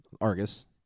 Argus